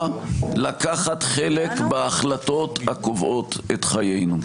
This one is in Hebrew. לקחת חלק בהחלטות הקובעות את חיינו.